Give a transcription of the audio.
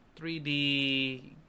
3D